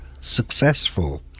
successful